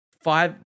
five